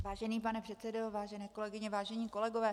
Vážený pane předsedo, vážené kolegyně, vážení kolegové.